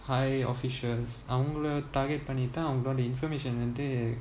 high officials அவங்க target பண்ணிட்டு:pannitu information வந்து:vanthu